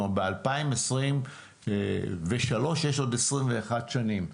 אנחנו ב-2023, יש עוד 21 שנים.